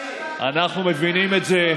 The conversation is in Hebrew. אנחנו מבינים את זה.